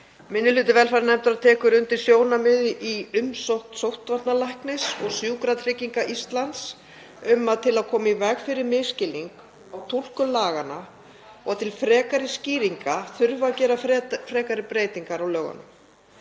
Minni hluti velferðarnefndar tekur undir sjónarmið í umsögnum sóttvarnalæknis og Sjúkratrygginga Íslands um að til að koma í veg fyrir misskilning á túlkun laganna og til frekari skýringar þurfi að gera frekari breytingar á lögunum.